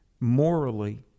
morally